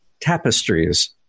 Tapestries